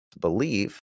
believe